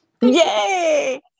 Yay